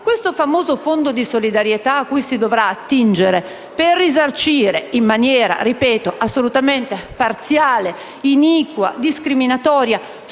questo famoso Fondo di solidarietà cui si dovrà attingere per risarcire, in maniera - ripeto - assolutamente parziale, iniqua e discriminatoria,